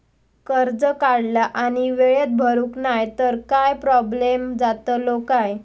कर्ज काढला आणि वेळेत भरुक नाय तर काय प्रोब्लेम जातलो काय?